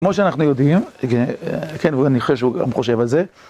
כמו שאנחנו יודעים, כן, ואז אני חושב שהוא גם חושב על זה.